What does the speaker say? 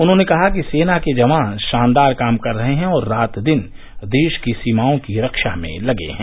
उन्होंने कहा कि सेना के जवान शानदार काम कर रहे हैं और रात दिन देश की सीमाओं की रक्षा में लगे हैं